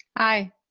aye.